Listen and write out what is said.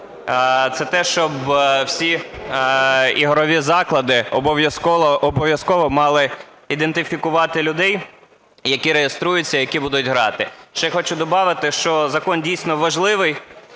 Це те, що всі ігрові заклади обов'язково мали ідентифікувати людей, які реєструються і які будуть грати. Ще хочу добавити, що закон дійсно важливий,